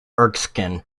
erskine